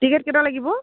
টিকেটকেইটা লাগিব